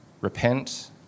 Repent